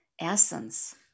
essence